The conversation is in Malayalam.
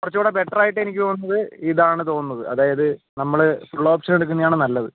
കുറച്ചുകൂടെ ബെറ്ററായിട്ട് എനിക്ക് തോന്നുന്നത് ഇതാണ് തോന്നുന്നത് അതായത് നമ്മള് ഫുൾ ഓപ്ഷൻ എടുക്കുന്നതാണ് നല്ലത്